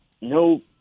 no